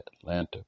Atlanta